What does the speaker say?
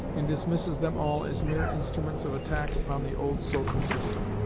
and dismisses them all as mere instruments of attack upon the old social system,